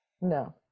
no